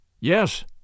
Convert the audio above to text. Yes